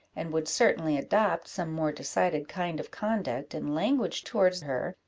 and would certainly adopt some more decided kind of conduct and language towards her,